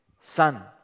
son